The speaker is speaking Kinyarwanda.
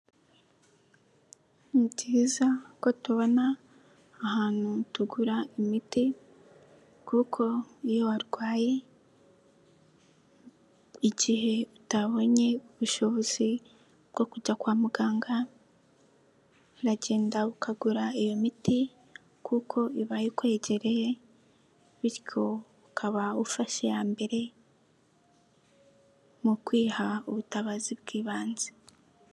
Ni byiza ko tubona ahantu tugura imiti kuko iyo warwaye igihe utabonye ubushobozi bwo kujya kwa muganga uragenda ukagura iyo miti kuko ibaye ikwegereye bityo ukaba ufashe iya mbere mu kwiha ubutabazi bw'ibanze.